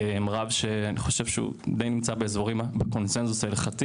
רב שאני חושב שהוא די נמצא בקונצנזוס הלכתי.